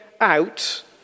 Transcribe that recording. out